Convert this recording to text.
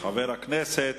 חבר הכנסת